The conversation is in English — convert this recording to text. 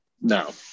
No